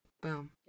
boom